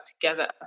together